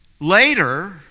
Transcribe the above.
later